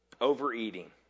Overeating